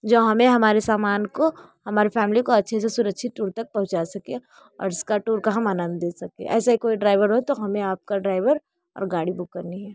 जो हमे हमारे सामान को हमारे फैमिली को अच्छे से सुरक्षित टूर तक पहुँचा सके और उसका टूर का हम आनंद ले सके ऐसा ही कोई ड्राइवर हो तो हमें आपका ड्राइवर और गाड़ी बूक करनी है